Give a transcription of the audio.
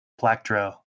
plactro